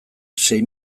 sei